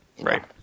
right